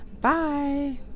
Bye